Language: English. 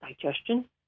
digestion